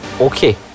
Okay